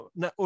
na